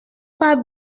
pas